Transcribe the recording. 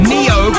Neo